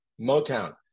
Motown